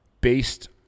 based